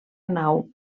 nau